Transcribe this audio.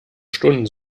stunden